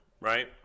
right